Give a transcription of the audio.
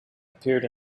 appeared